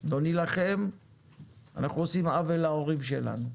אנחנו עושים עוול להורים שלנו.